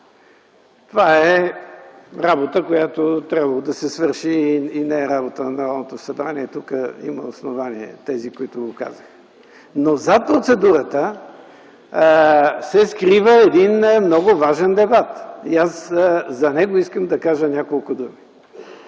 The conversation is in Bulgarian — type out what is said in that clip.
Това е работа, която е трябвало да се свърши и не е работа на Народното събрание – тук имат основание тези, които го казаха. Зад процедурата се скрива един много важен дебат и за него искам да кажа няколко думи.